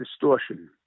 distortion